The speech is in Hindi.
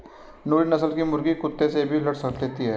नूरी नस्ल की मुर्गी कुत्तों से भी लड़ लेती है